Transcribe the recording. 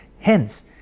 Hence